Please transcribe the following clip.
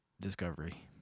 Discovery